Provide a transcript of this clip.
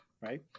right